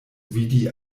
vidi